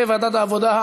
לוועדת העבודה,